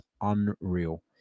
unreal